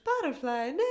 butterfly